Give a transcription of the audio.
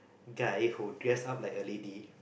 guy who dress up like a lady